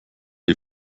dir